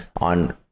on